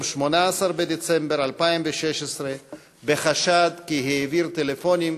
18 בדצמבר 2016 בחשד כי העביר טלפונים,